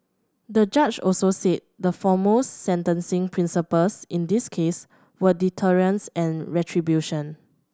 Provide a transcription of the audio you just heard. the judge also said the foremost sentencing principles in this case were deterrence and retribution